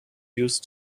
used